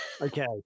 okay